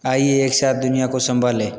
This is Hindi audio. आइए एक साथ दुनिया को संभाले